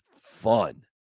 fun